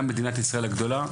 גם מדינת ישראל הגדולה,